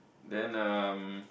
then um